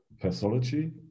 Pathology